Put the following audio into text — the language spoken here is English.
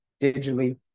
digitally